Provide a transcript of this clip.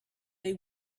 they